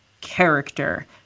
character